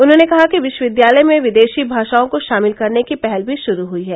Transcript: उन्होंने कहा कि विश्वविद्यालय में विदेशी भाषाओं को शामिल करने की पहल भी शुरू हयी है